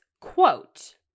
quote